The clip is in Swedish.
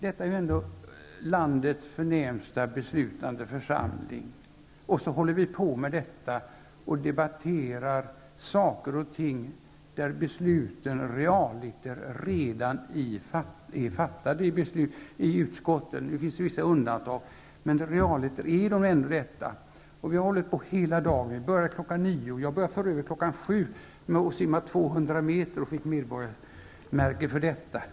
Detta är ju ändå landets förnämsta beslutande församling, och så håller vi på att debattera saker och ting där besluten realiter redan är fattade i utskotten. Det finns vissa undantag, men realiter är det ändå så. Debatten har hållit på hela dagen. Den började kl. 9. Jag började för övrigt kl. 7 med att simma 200 meter, och jag fick simborgarmärket för det.